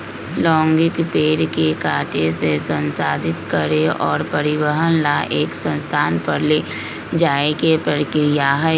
logging पेड़ के काटे से, संसाधित करे और परिवहन ला एक स्थान पर ले जाये के प्रक्रिया हई